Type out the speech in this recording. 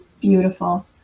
beautiful